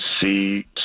see